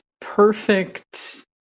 perfect